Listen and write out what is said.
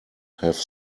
have